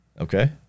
Okay